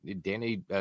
Danny